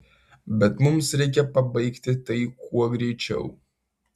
bet mums reikia pabaigti tai kuo greičiau